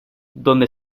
donde